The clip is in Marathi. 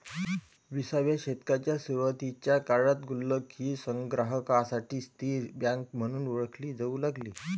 विसाव्या शतकाच्या सुरुवातीच्या काळात गुल्लक ही संग्राहकांसाठी स्थिर बँक म्हणून ओळखली जाऊ लागली